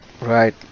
Right